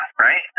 right